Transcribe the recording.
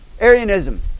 Arianism